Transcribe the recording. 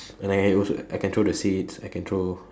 and I also I can throw the seeds I can throw